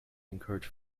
encourage